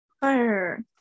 fire